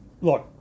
look